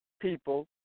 people